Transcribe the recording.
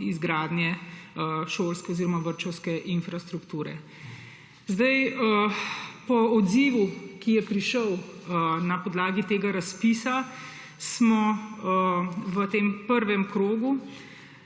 izgradnje šolske oziroma vrtčevske infrastrukture. Po odzivu, ki je prišel na podlagi tega razpisa, smo v tem prvem krogu